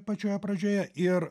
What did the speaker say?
pačioje pradžioje ir